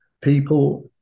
people